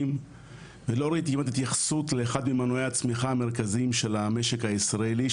ולא ראיתי כמעט התייחסות לאחד ממנועי הצמיחה המרכזיים של המשק הישראלי,